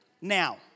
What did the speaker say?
Now